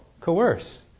coerce